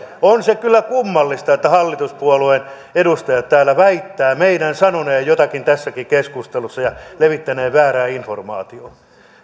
on se kyllä kummallista että hallituspuolueen edustajat täällä väittävät meidän sanoneen jotakin tässäkin keskustelussa ja levittäneen väärää informaatiota